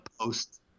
post